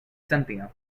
cynthia